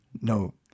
No